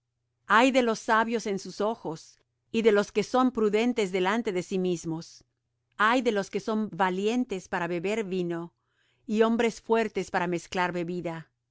ay de los sabios en sus ojos y de los que son prudentes delante de sí mismos ay de los que son valientes para beber vino y hombres fuertes para mezclar bebida